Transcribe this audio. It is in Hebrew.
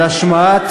על השמעת,